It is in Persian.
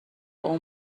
اون